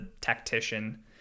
tactician